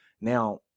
Now